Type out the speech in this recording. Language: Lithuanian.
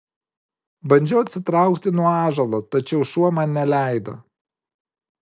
bandžiau atsitraukti nuo ąžuolo tačiau šuo man neleido